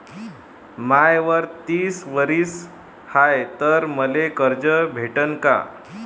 माय वय तीस वरीस हाय तर मले कर्ज भेटन का?